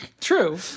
True